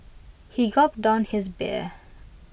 he gulped down his beer